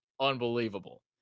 unbelievable